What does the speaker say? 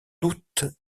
doute